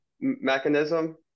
mechanism